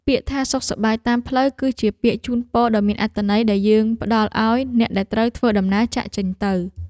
ពាក្យថាសុខសប្បាយតាមផ្លូវគឺជាពាក្យជូនពរដ៏មានអត្ថន័យដែលយើងផ្ដល់ឱ្យអ្នកដែលត្រូវធ្វើដំណើរចាកចេញទៅ។